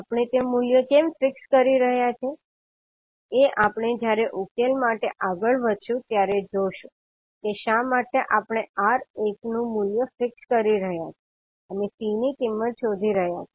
આપણે તે મૂલ્ય કેમ ફિક્સ કરી રહ્યા છીએ એ આપણે જ્યારે ઉકેલ માટે આગળ વધશુ ત્યારે જોશું કે શા માટે આપણે R એકનું મૂલ્ય ફિક્સ કરી રહ્યા છીએ અને C ની કિંમત શોધી રહ્યા છે